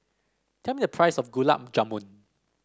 tell me the price of Gulab Jamun